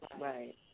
right